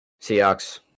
Seahawks